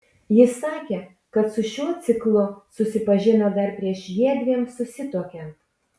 jis sakė kad su šiuo ciklu susipažino dar prieš jiedviem susituokiant